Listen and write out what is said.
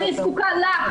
אני זקוקה לך.